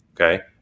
Okay